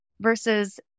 versus